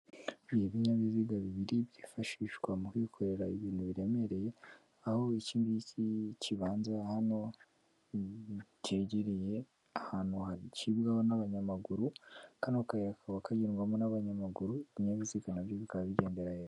Ni ibinyabiziga bibiri byifashishwa mu kwikorera ibintu biremereye, aho iki ngiki kibanza hano kegereye ahantu hacibwaho n'abanyamaguru, kano kayira kaba kagendwamo n'abanyamaguru, ibinyabiziga nabyo bikaba bigendera hejuru.